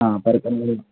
ആ പരപ്പനങ്ങാടിയിൽ